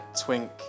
twink